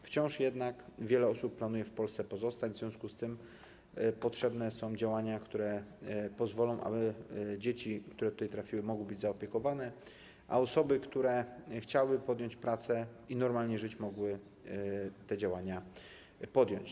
Wciąż jednak wiele osób planuje w Polsce pozostać, w związku z czym potrzebne są działania, które pozwolą, aby dzieci, które tutaj trafiły, mogły być objęte opieką, a osoby, które chciałyby podjąć pracę i normalnie żyć, mogły te działania podjąć.